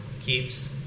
keeps